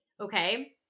okay